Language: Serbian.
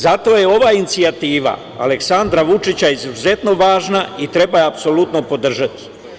Zato je ova inicijativa Aleksandra Vučića izuzetno važna i treba je apsolutno podržati.